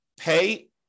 pay